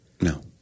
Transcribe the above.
no